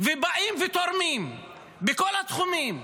הם באים ותורמים בכל התחומים,